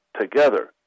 together